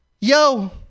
yo